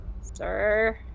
sir